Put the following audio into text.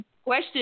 Question